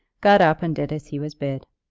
got up and did as he was bid.